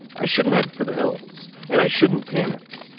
i shouldn't head for the hills and i shouldn't panic.